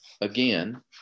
again